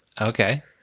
Okay